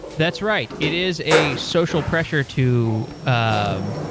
that's right. it is a social pressure to um